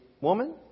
woman